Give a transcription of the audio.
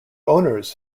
owners